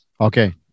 Okay